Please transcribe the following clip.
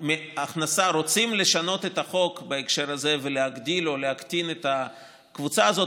אם רוצים לשנות את החוק בהקשר הזה ולהגדיל או להקטין את הקבוצה הזאת,